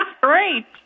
great